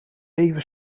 even